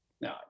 no